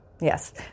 yes